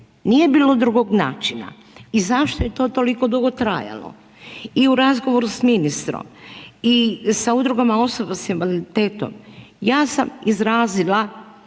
Nije bilo drugog načina zašto je to toliko dugo trajalo? I u razgovoru s ministrom i sa udrugama osoba sa invaliditetom ja sam izrazila